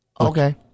Okay